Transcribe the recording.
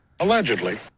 Allegedly